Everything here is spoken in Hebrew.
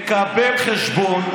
מקבל חשבון,